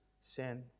sin